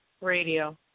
radio